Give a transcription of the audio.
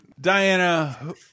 Diana